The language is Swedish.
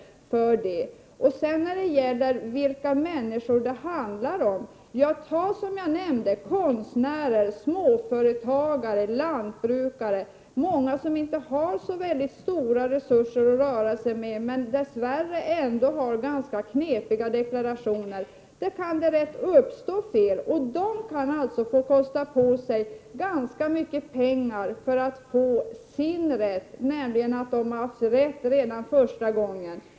Vi har också varit inne på vilka människor det handlar om. Jag nämnde konstnärer, småföretagare och lantbrukare. Många av dem har inte så stora resurser att röra sig med, men dess värre har de ändå ganska knepiga deklarationer. Det kan lätt uppstå fel. De kan få kosta på sig ganska mycket 47 pengar för att få sin rätt, dvs. för att bevisa att de hade rätt redan första gången.